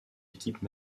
équipes